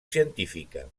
científica